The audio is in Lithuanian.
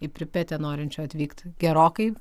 į pripetę norinčių atvykt gerokai